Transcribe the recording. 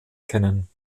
kennen